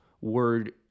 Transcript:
word